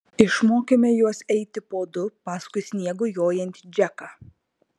išmokėme juos eiti po du paskui sniegu jojantį džeką